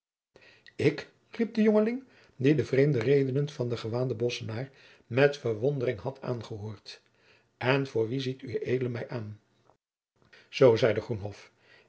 ik riep de jongeling die de vreemde redenen van den gewaanden bosschenaar met verwondering had aangehoord en voor wien ziet ued mij aan zoo zeide